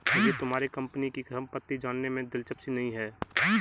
मुझे तुम्हारे कंपनी की सम्पत्ति जानने में दिलचस्पी नहीं है